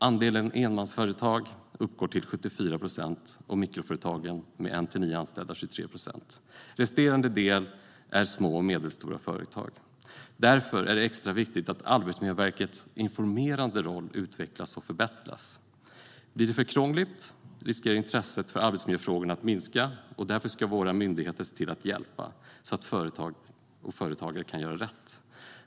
Andelen enmansföretag uppgår till 74 procent. Mikroföretagen, med en till nio anställda, uppgår till 23 procent. Resterande del är små och medelstora företag. Därför är det extra viktigt att Arbetsmiljöverkets informerande roll utvecklas och förbättras. Om det blir för krångligt riskerar intresset för arbetsmiljöfrågorna att minska. Därför ska våra myndigheter se till att hjälpa, så att företag och företagare kan göra rätt.